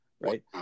right